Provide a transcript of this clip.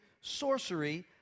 sorcery